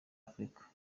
afurika